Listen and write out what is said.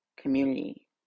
community